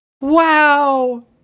Wow